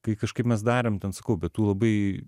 kai kažkaip mes darėm ten sakau be tų labai